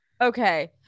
Okay